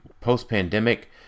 post-pandemic